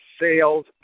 sales